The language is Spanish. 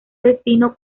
destino